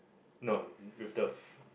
no with the f~